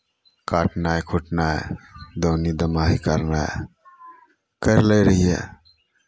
काटनाइ खोँटनाइ दौनी दमाही करनाइ करि लै रहियै